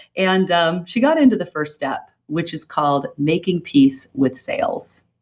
and um she got into the first step which is called making peace with sales.